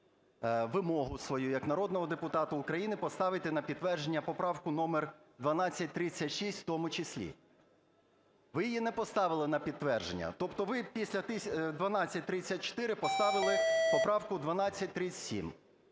Ви її не поставили на підтвердження. Тобто ви після 1234 поставили поправку 1237.